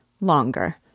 longer